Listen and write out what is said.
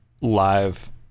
live